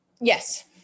Yes